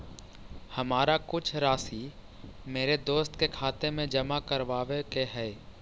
हमारा कुछ राशि मेरे दोस्त के खाते में जमा करावावे के हई